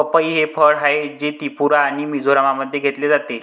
पपई हे फळ आहे, जे त्रिपुरा आणि मिझोराममध्ये घेतले जाते